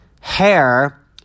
hair